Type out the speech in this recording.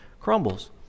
crumbles